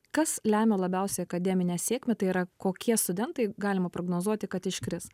kas lemia labiausiai akademinę sėkmę tai yra kokie studentai galima prognozuoti kad iškris